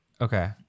Okay